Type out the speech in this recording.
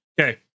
Okay